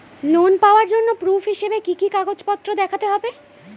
Loan পাওয়ার জন্য proof হিসেবে কি কি কাগজপত্র দেখাতে হবে?